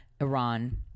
Iran